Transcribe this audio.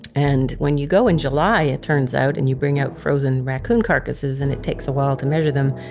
and when you go in july, it turns out, and you bring out frozen raccoon carcasses and it takes a while to measure them,